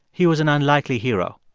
he was an unlikely hero.